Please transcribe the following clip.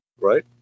right